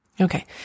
Okay